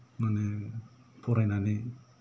माने फरायनानै